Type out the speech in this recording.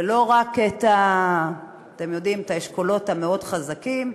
ולא רק, אתם יודעים, את האשכולות המאוד-חזקים,